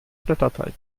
blätterteig